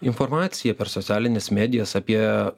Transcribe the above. informacija per socialines medijas apie